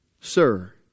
Sir